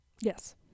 Yes